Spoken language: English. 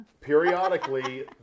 periodically